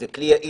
זה כלי יעיל.